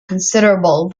considerable